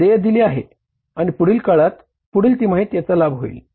देय दिले आहे आणि पुढील काळात पुढील तिमाहीत याचा लाभ मिळेल